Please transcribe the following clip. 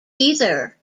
either